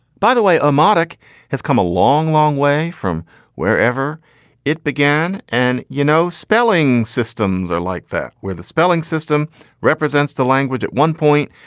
by the way, a monarch has come a long, long way from wherever it began. and, you know, spelling systems are like that where the spelling system represents the language at one point.